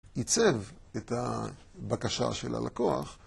עיצב את הבקשה של הלקוח